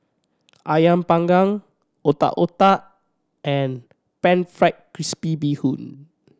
Ayam Panggang Otak Otak and Pan Fried Crispy Bee Hoon